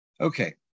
Okay